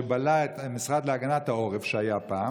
שבלע את המשרד להגנת העורף שהיה פעם,